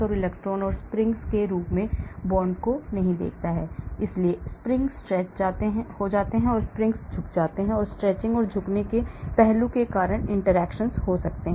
यह nucleus and electrons और springs के रूप में बांडों को नहीं देखता है इसलिए springs stretch जाते हैं स्प्रिंग्स झुक जाते हैं और स्ट्रेचिंग और झुकने के पहलुओं के कारण interactions हो सकती है